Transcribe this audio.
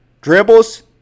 dribbles